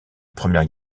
première